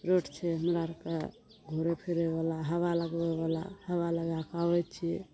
road छै हमरा आरके घोरे फिरै बला हवा लगबै बला हवा लगा कऽ आबै छी